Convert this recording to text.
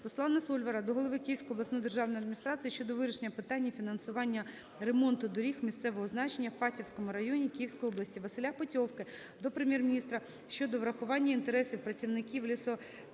Руслана Сольвара до голови Київської обласної державної адміністрації щодо вирішення питання фінансування ремонту доріг місцевого значення у Фастівському районі Київської області. Василя Петьовки до Прем'єр-міністра щодо врахування інтересів працівників